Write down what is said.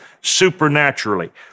supernaturally